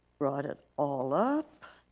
brought it all up.